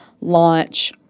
launch